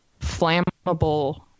flammable